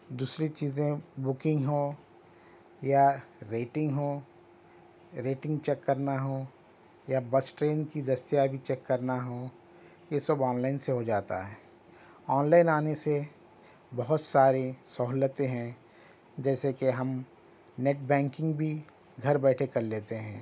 دوسری چیزیں بکنگ ہو یا ریٹنگ ہو ریٹنگ چیک کرنا ہو یا بس ٹرین کی دستیابی چیک کرنا ہو یہ سب آنلائن سے ہو جاتا ہے آنلائن آنے سے بہت ساری سہولتیں ہیں جیسے کہ ہم نیٹ بینکنگ بھی گھر بیٹھے کر لیتے ہیں